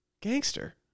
Gangster